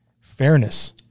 fairness